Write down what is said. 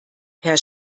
herr